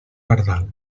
pardal